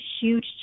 huge